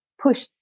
push